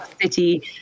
city